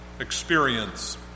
experience